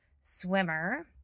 swimmer